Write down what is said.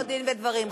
דין ודברים.